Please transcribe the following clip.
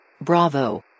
Bravo